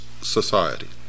society